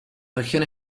región